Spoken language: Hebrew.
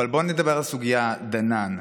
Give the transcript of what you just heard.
אבל בוא נדבר על הסוגיה דנן.